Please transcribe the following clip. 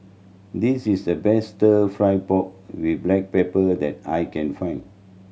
this is the best Stir Fry pork with black pepper that I can find